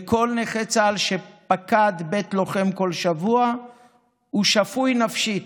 וכל נכה צה"ל שפקד בית לוחם כל שבוע הוא שפוי נפשית,